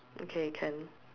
okay can